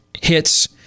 hits